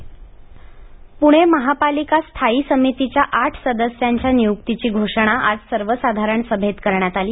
पणे महापालिका पूणे महापालिका स्थायी समितीच्या आठ सदस्यांच्या नियुक्तीची घोषणा आज सर्वसाधारण सभेत करण्यात आली